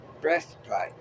breastplate